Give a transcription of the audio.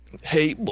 Hey